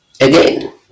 again